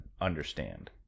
understand